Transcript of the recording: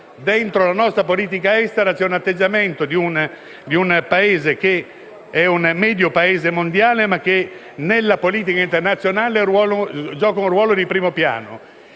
dentro la nostra politica estera c'è l'atteggiamento di un Paese che è un medio Paese mondiale ma che nella politica internazionale ricopre un ruolo di primo piano.